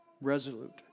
resolute